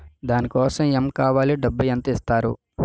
దాని కోసం ఎమ్ కావాలి డబ్బు ఎంత ఇస్తారు?